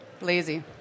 lazy